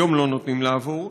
היום לא נותנים לעבור,